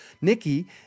Nikki